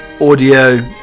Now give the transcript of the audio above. audio